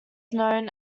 known